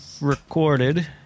recorded